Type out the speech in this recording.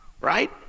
Right